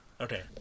Okay